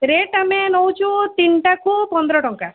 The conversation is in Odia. ରେଟ୍ ଆମେ ନେଉଛୁ ତିନଟାକୁ ପନ୍ଦର ଟଙ୍କା